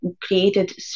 created